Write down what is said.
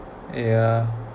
yeah